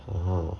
oh